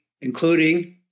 including